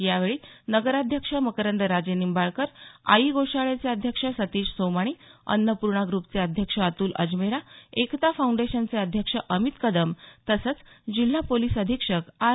यावेळी नगराध्यक्ष मकरंद राजेनिंबाळकर आई गोशाळेचे अध्यक्ष सतीश सोमाणी अन्नपूर्णा ग्रुपचे अध्यक्ष अतुल अजमेरा एकता फाऊंडेशचे अध्यक्ष अमित कदम तसंच जिल्हा पोलिस अधिक्षक आर